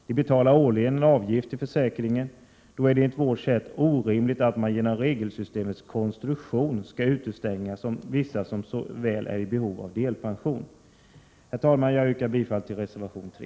De betalar årligen en avgift till försäkringen. Det är därför enligt vårt synsätt orimligt att man genom regelsystems konstruktion skall utestänga vissa som så väl är i behov av delpension. Med detta, herr talman, yrkar jag bifall till reservation nr 3.